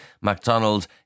Macdonald